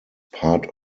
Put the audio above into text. part